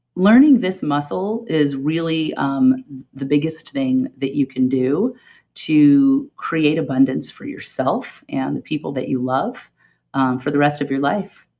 learning this muscle is really um the biggest thing that you can do to create abundance for yourself and the people that you love um for the rest of your life.